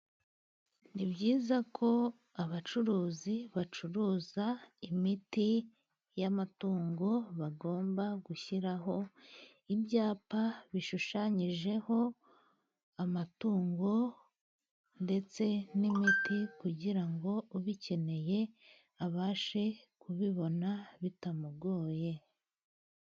Ni byiza ko abacuruzi bacuruza imiti y'amatungo, bagomba gushyiraho ibyapa bishushanyijeho amatungo, ndetse n'imiti kugira ngo ubikeneye abashe kubibona bitamugoye.